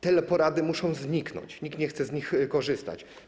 Teleporady muszą zniknąć, nikt nie chce z nich korzystać.